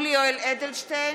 אדלשטיין,